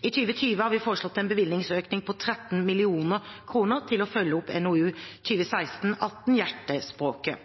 I 2020 har vi foreslått en bevilgningsøkning på 13 mill. kr til å følge opp NOU 2016: 18 – Hjertespråket.